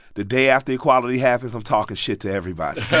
the day after equality happens, i'm talking shit to everybody